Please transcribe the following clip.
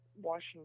washington